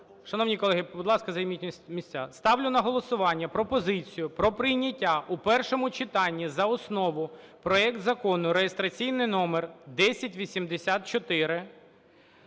Шановні колеги, будь ласка, займіть місця. Ставлю на голосування пропозицію про прийняття в першому читанні за основу проект Закону, реєстраційний номер 1084